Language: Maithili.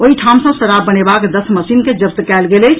ओहि ठाम सँ शराब बनेबाक दस मशीन के जब्त कयल गेल अछि